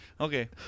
Okay